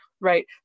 right